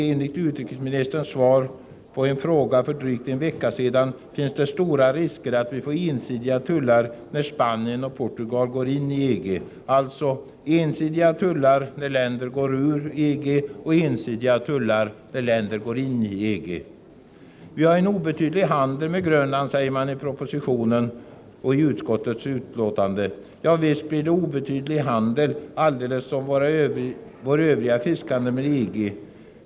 Enligt utrikeshandelsministerns svar på en fråga för drygt en vecka sedan finns det också stora risker att vi får ensidiga tullar när Spanien och Portugal går in i EG. Alltså får vi ensidiga tullar när länder går ur EG och ensidiga tullar när länder går in i EG. Vi har en obetydlig handel med Grönland, säger man i propositionen och i utskottets betänkande. Ja, visst blir det en obetydlig handel, alldeles som vår Övriga fiskhandel med EG.